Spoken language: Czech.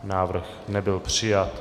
Návrh nebyl přijat.